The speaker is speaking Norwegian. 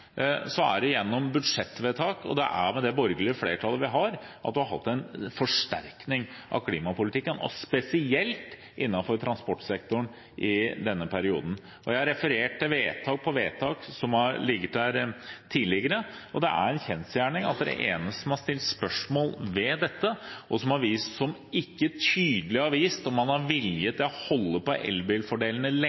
gjennom budsjettvedtak og med det borgerlige flertallet vi har, man har hatt en forsterkning av klimapolitikken, spesielt innenfor transportsektoren i denne perioden. Jeg har referert til vedtak på vedtak som har ligget der tidligere. Det er en kjensgjerning at den eneste som har stilt spørsmål ved dette, og ikke tydelig har vist at man har vilje til å holde på elbilfordelene lenge